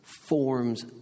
forms